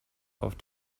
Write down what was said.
auf